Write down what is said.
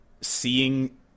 Seeing